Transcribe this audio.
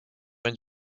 une